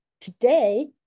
Today